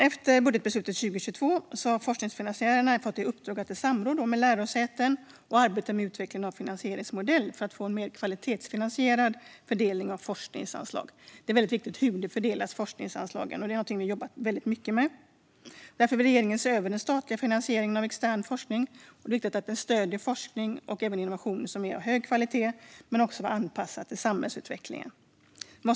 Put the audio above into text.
Efter budgetbeslut 2022 har forskningsfinansiärerna fått i uppdrag att i samråd med lärosäten arbeta med utvecklingen av en finansieringsmodell för att få en mer kvalitetsfinansierad fördelning av forskningsanslag. Det är väldigt viktigt hur forskningsanslagen fördelas. Det är någonting vi har jobbat väldigt mycket med. Regeringen vill se över den statliga finansieringen av extern forskning. Det är viktigt att den stöder forskning och även innovation som är av hög kvalitet men också är anpassad till samhällsutvecklingen.